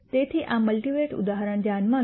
તેથી આ મલ્ટિવેરિયેટ ઉદાહરણ ધ્યાનમાં લો